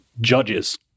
judges